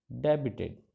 debited